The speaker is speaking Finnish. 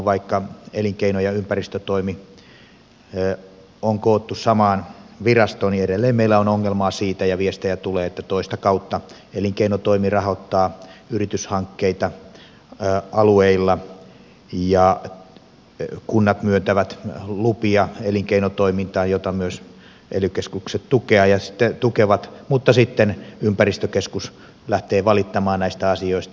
vaikka elinkeino ja ympäristötoimi on koottu samaan virastoon niin edelleen meillä on ongelmaa siitä ja viestejä tulee että elinkeinotoimi rahoittaa toista kautta yrityshankkeita alueilla ja kunnat myöntävät elinkeinotoimintaan lupia joita myös ely keskukset tukevat mutta sitten ympäristökeskus lähtee valittamaan näistä asioista